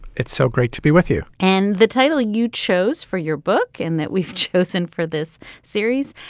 it's so great to be with you. and the title you chose for your book and that we've chosen for this series,